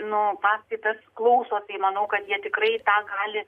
nu paskaitas klauso tai manau kad jie tikrai tą gali